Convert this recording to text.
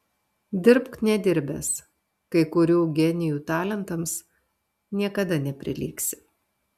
dirbk nedirbęs kai kurių genijų talentams niekada neprilygsi